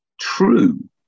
true